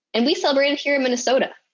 and we celebrated here in minnesota.